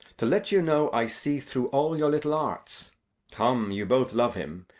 to let you know i see through all your little arts come, you both love him,